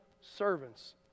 servants